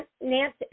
Nancy